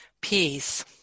peace